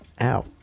ow